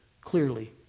clearly